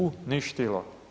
Uništilo.